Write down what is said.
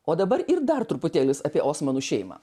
o dabar ir dar truputėlis apie osmanų šeimą